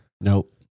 Nope